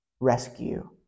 rescue